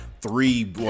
three